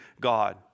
God